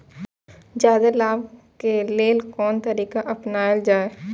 जादे लाभ के लेल कोन तरीका अपनायल जाय?